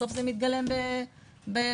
בסוף זה מתגלם בנפגעים.